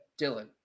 Dylan